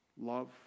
love